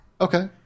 Okay